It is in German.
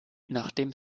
nachdem